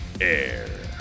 air